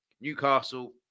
Newcastle